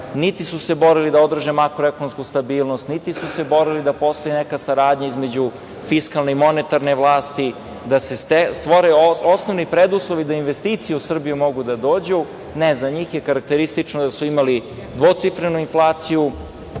Niti su se borili da održe makroekonomsku stabilnost, niti su se borili da postoji neka saradnji između fiskalne i monetarne vlasti, da se stvore i preduslovi da investicije u Srbiju mogu da dođu. Ne, za njih je karakteristično da su imali dvocifrenu inflaciju,